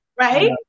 right